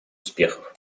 успехов